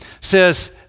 says